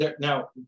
Now